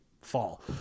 fall